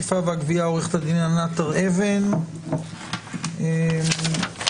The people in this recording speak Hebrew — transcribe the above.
עורכת הדין ענת הר אבן מרשות האכיפה והגבייה.